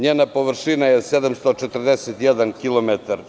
Njena površina je 741 km2.